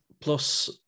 plus